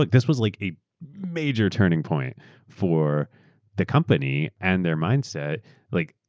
like this was like a major turning point for the company and their mindset like,